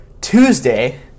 Tuesday